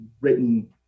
written